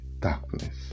darkness